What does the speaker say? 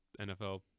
NFL